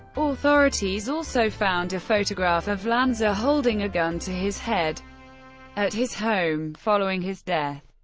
authorities also found a photograph of lanza holding a gun to his head at his home following his death.